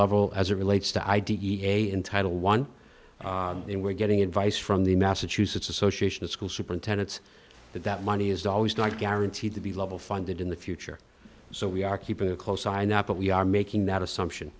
level as it relates to i d e a in title one and we're getting advice from the massachusetts association of school superintendents that that money is always not guaranteed to be level funded in the future so we are keeping a close eye now but we are making that assumption